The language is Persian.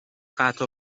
قطع